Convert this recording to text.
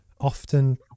Often